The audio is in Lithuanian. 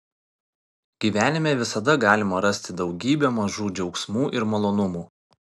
gyvenime visada galima rasti daugybę mažų džiaugsmų ir malonumų